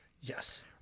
Yes